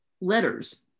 letters